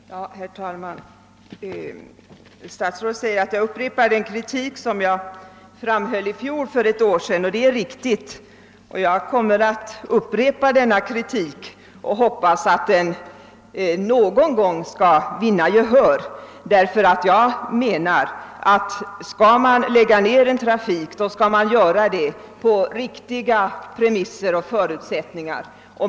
Herr talman! Statsrådet säger att jag upprepar den kritik som jag framförde för ett år sedan. Det är riktigt, och jag kommer att upprepa denna kritik med förhoppningen att den någon gång skall vinna gehör, eftersom jag menar att om man skall lägga ned någon trafiklinje skall detta ske på riktiga premisser.